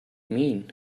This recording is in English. mean